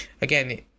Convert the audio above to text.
Again